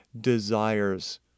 desires